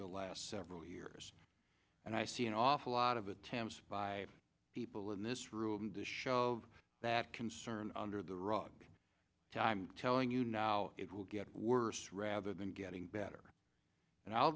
the last several years and i see an awful lot of attempts by people in this room to shove that concern under the rug i'm telling you now it will get worse rather than getting better and i'll